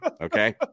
Okay